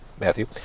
Matthew